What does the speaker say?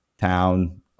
town